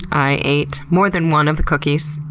i ate more than one of the cookies,